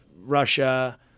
Russia